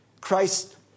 Christ